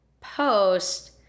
post